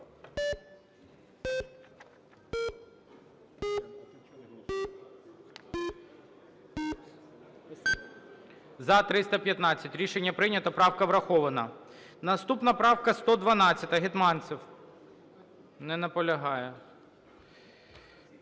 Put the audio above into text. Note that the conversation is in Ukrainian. За-315 Рішення прийнято. Правка врахована. Наступна правка 112-а, Гетманцев. Не наполягає.